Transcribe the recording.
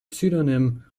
pseudonym